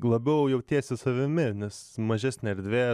labiau jautiesi savimi nes mažesnė erdvė